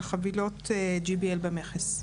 חבילות GBL במכס.